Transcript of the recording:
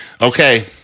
Okay